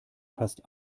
fast